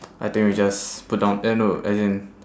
I think we just put down eh no no as in